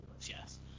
yes